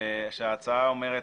ההצעה אומרת